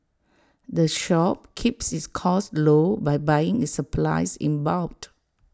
the shop keeps its costs low by buying its supplies in bulk